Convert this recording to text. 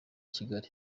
kigali